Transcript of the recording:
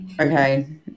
Okay